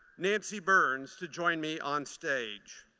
nancy burns, to join me on stage.